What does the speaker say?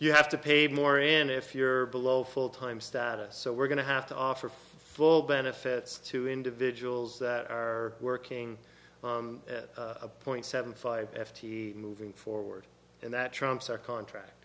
you have to pay more in if you're below full time status so we're going to have to offer benefits to individuals that are working at a point seven five f t moving forward and that trumps our contract